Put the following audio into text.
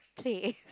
place